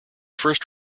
first